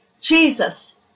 Jesus